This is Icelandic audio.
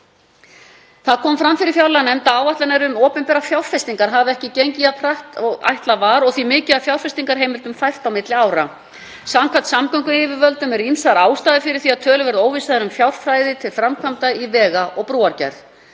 Fram kom fyrir fjárlaganefnd að áætlanir um opinberar fjárfestingar hafi ekki gengið jafnhratt og ætlað var og því mikið af fjárfestingarheimildum fært á milli ára. Samkvæmt samgönguyfirvöldum eru ýmsar ástæður fyrir því að töluverð óvissa er um fjárflæði til framkvæmda í vega- og brúargerð.